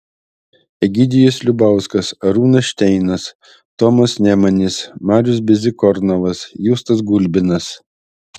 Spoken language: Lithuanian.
egidijus liubauskas arūnas šteinas tomas nemanis marius bezykornovas justas gulbinas